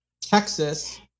texas